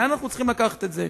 לאן אנחנו צריכים לקחת את זה?